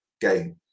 game